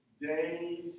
days